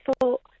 thought